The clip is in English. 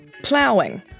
Ploughing